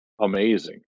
amazing